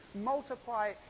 Multiply